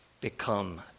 become